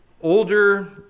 older